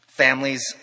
Families